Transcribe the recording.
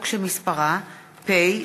חוק יסודות התקציב (תיקון,